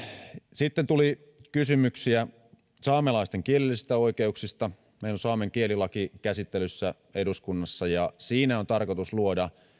sitten tuli kysymyksiä saamelaisten kielellisistä oikeuksista meillä on saamen kielilaki käsittelyssä eduskunnassa ja siinä on tarkoitus luoda